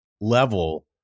level